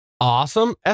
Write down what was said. Awesome